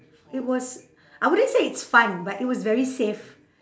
it was I wouldn't say it's fun but it was very safe